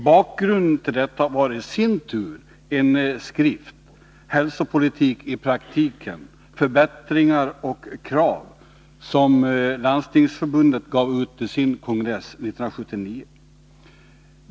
Bakgrunden till detta var i sin tur en skrift, Hälsopolitik i praktiken — förbättringar och krav, som Landstingsförbundet gav ut till sin kongress 1979.